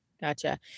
Gotcha